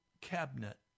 cabinet